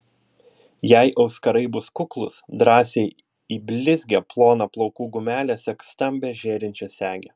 jei auskarai bus kuklūs drąsiai į blizgią ploną plaukų gumelę sek stambią žėrinčią segę